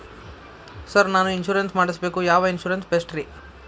Sir ನಾನು insurance ಮಾಡಿಸಬೇಕು ಯಾವ ಇನ್ಶೂರೆನ್ಸ್ ಬೆಸ್ಟ್ರಿ?